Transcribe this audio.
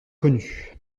connus